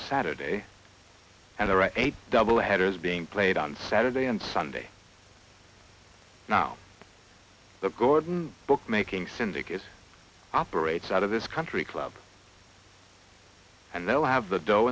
saturday and the right double header is being played on saturday and sunday now gordon bookmaking syndicate operates out of this country club and they'll have the dough